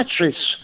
mattress